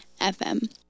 FM